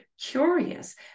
curious